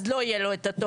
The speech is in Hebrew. אני אומר את האמת לגבינו.